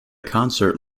concert